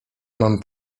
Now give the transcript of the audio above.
mam